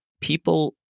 people